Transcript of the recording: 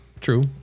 True